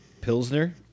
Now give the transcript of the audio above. Pilsner